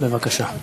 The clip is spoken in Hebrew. בבקשה.